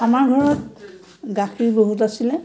আমাৰ ঘৰত গাখীৰ বহুত আছিলে